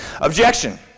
Objection